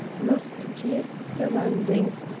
lost to his surroundings,